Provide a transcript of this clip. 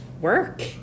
work